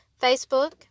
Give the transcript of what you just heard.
Facebook